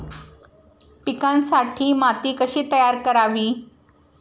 पिकांसाठी माती कशी तयार करावी?